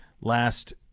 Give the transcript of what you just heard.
last